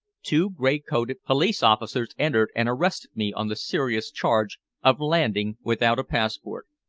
two gray-coated police officers entered and arrested me on the serious charge of landing without a passport.